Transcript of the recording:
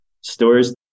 stores